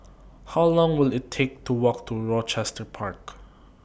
How Long Will IT Take to Walk to Rochester Park